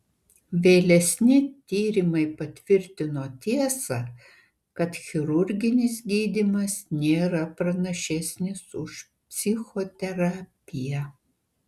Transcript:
vėlesni tyrimai patvirtino tiesą kad chirurginis gydymas nėra pranašesnis už psichoterapiją